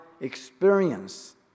experience